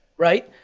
right?